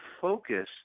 focus